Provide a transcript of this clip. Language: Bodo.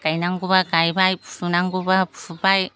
गायनांगौब्ला गायबाय फुनांगौब्ला फुबाय